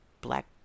black